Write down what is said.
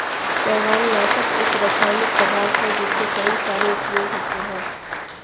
शैवालनाशक एक रासायनिक पदार्थ है जिसके कई सारे उपयोग होते हैं